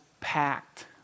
packed